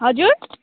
हजुर